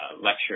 lecture